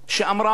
שאמרה: